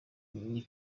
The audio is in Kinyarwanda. n’i